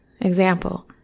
Example